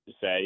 say